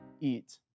eat